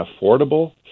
affordable